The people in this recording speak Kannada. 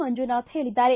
ಮಂಜುನಾಥ್ ಹೇಳಿದ್ದಾರೆ